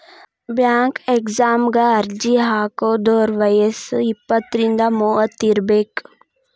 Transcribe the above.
bank ಎಕ್ಸಾಮಗ ಅರ್ಜಿ ಹಾಕಿದೋರ್ ವಯ್ಯಸ್ ಇಪ್ಪತ್ರಿಂದ ಮೂವತ್ ಇರಬೆಕ್